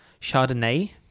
chardonnay